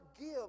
give